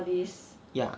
ya